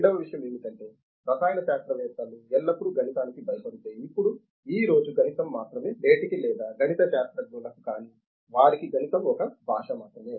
రెండవ విషయం ఏమిటంటే రసాయన శాస్త్రవేత్తలు ఎల్లప్పుడూ గణితానికి భయపడితే ఇప్పుడు ఈ రోజు గణితం మాత్రమే నేటికీ లేదా గణిత శాస్త్రజ్ఞులకు కాని వారికి గణితం ఒక భాష మాత్రమే